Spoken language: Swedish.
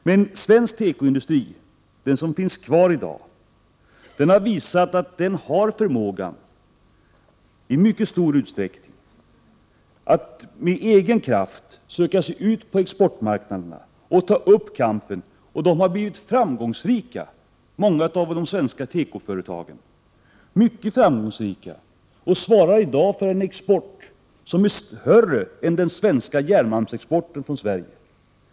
Den svenska tekoindustri som i dag finns kvar har visat att den i mycket stor utstäckning har förmåga att med egen kraft söka sig ut på exportmarknaderna och ta upp kampen. Många av de svenska tekoföretagen har blivit framgångsrika, mycket framgångsrika, och de svarar i dag för en export som är större än den svenska järnmalmsexporten.